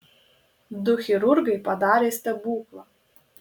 du chirurgai padarė stebuklą